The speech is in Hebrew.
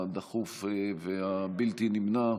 הדחוף והבלתי-נמנע,